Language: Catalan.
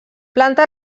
planta